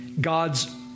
God's